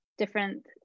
different